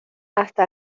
hasta